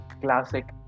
classic